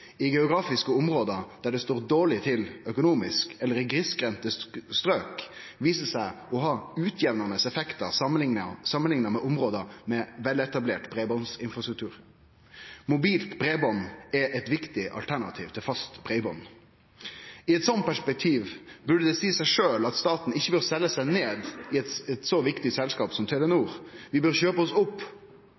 i geografiske område der det står dårleg til økonomisk eller i grisgrendte strøk viser seg å ha utjamnande effektar samanlikna med område med veletablert breibandinfrastruktur. Mobilt breiband er eit viktig alternativ til fast breiband. I eit sånt perspektiv burde det seie seg sjølv at staten ikkje bør selje seg ned i eit så viktig selskap som Telenor. Vi bør kjøpe oss opp